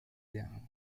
down